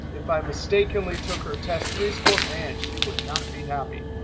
if i mistakenly took her test three score, man, she would not be happy.